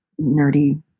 nerdy